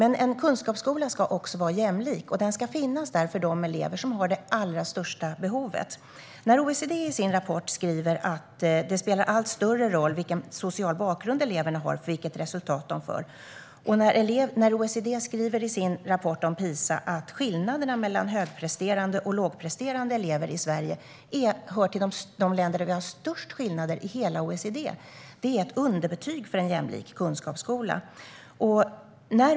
En kunskapsskola ska också vara jämlik och ska finnas för elever som har det allra största behovet. I sin rapport skriver OECD att elevers sociala bakgrund spelar allt större roll för vilket resultat de får. OECD skriver också i sin rapport om PISA att Sverige hör till de länder i OECD där skillnaden mellan högpresterande och lågpresterande elever är störst. Det är ett underbetyg för en jämlik kunskapsskola.